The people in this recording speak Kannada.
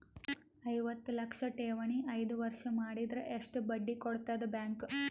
ಐವತ್ತು ಲಕ್ಷ ಠೇವಣಿ ಐದು ವರ್ಷ ಮಾಡಿದರ ಎಷ್ಟ ಬಡ್ಡಿ ಕೊಡತದ ಬ್ಯಾಂಕ್?